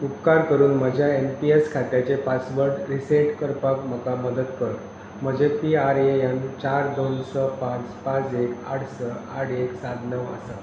उपकार करून म्हज्या एन पी एस खात्याचे पासवर्ड रिसेट करपाक म्हाका मदत कर म्हजें पी आर ए एन चार दोन स पांच पांच एक आठ स आठ एक सात णव आसा